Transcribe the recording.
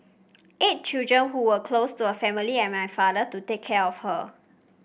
eight children who were close to her family and my father to take care of her